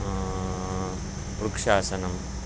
వృక్షాసనం